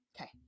Okay